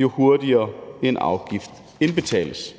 jo hurtigere en afgift indbetales.